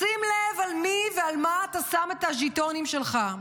שים לב על מי ועל מה אתה שם את הז'יטונים שלך,